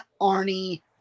Arnie